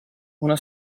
una